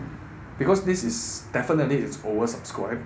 because this is definitely is over subscribed